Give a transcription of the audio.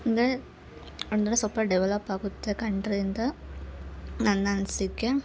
ಅಂದರೆ ಅಂದರೆ ಸ್ವಲ್ಪ ಡೆವೆಲಪ್ ಆಗುತ್ತೆ ಗಂಡರಿಂದ ನನ್ನ ಅನ್ಸಿಕೆ